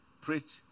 preach